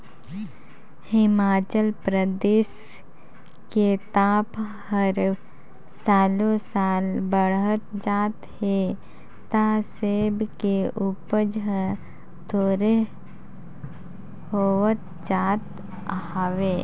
हिमाचल परदेस के ताप हर सालो साल बड़हत जात हे त सेब के उपज हर थोंरेह होत जात हवे